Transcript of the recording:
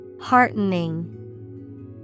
Heartening